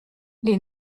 les